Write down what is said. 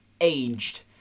aged